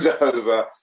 over